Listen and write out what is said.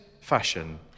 fashion